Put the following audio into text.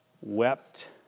wept